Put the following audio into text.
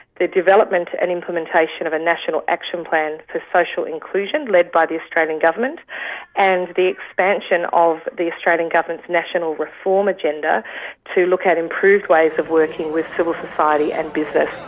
the development and implementation of a national action plan for social inclusion led by the australian government and the expansion of the australian government's national reform agenda to look at improved ways of working with civil society and business.